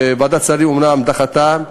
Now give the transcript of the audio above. ועדת שרים אומנם דחתה,